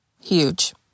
Huge